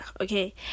okay